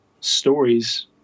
stories